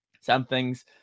something's